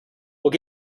what